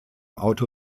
auto